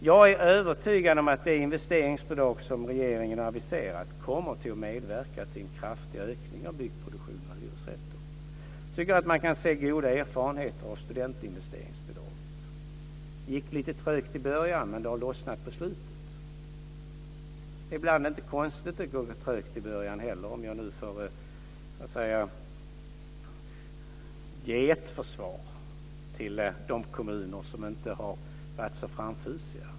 Jag är övertygad om att det investeringsbidrag som regeringen har aviserat kommer att medverka till en kraftig ökning av byggproduktionen av hyresrätter. Jag tycker att man kan se goda erfarenheter av studentinvesteringsbidraget. Det gick lite trögt i början, men det har lossnat på slutet. Ibland är det inte heller konstigt att det går trögt i början, om jag nu får ge ett försvar för de kommuner som inte har varit så framfusiga.